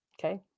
Okay